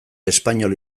espainol